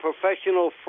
professional